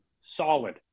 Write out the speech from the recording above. solid